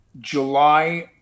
July